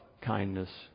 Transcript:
kindness